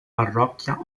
parrocchia